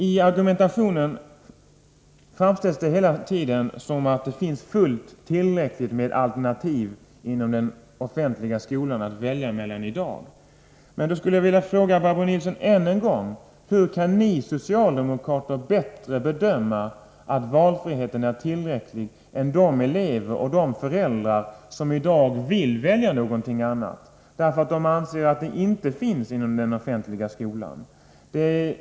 I argumentationen framställs det hela som om det i dag finns fullt tillräckligt med alternativ att välja mellan inom den offentliga skolan. Då vill jag än en gång fråga Barbro Nilsson: Hur kan ni socialdemokrater bättre än de elever och föräldrar som i dag vill välja någonting annat, därför att de anser att den önskade utbildningen inte finns inom den offentliga skolan, bedöma att valfriheten är tillräcklig?